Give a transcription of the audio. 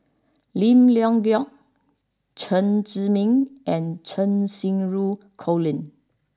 Lim Leong Geok Chen Zhiming and Cheng Xinru Colin